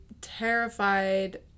terrified